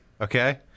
Okay